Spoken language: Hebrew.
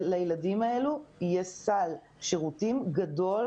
שלילדים האלו יהיה סל שירותים גדול